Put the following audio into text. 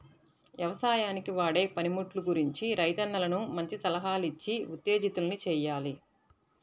యవసాయానికి వాడే పనిముట్లు గురించి రైతన్నలను మంచి సలహాలిచ్చి ఉత్తేజితుల్ని చెయ్యాలి